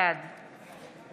בעד